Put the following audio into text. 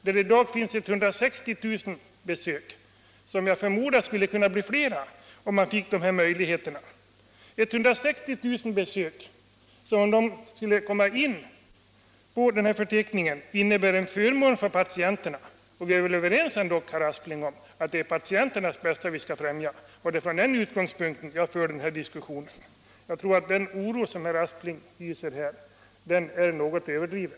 Dessa 350 läkare har 160 000 besök, och jag förmodar att de skulle kunna Etableringsregler bli fler, om deras arbetsinsatser på fritid erkändes. Då skulle de 160 000 besök de tar emot debiteras enligt fastställd taxa, vilket skulle innebära rättvisa för patienterna. Vi är väl ändå, herr Aspling, överens om att det är patienternas intressen vi skall främja? Det är från den utgångspunkten jag för den här diskussionen. Jag tror att den oro herr Aspling hyser på denna punkt är betydligt överdriven.